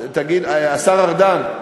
השר ארדן,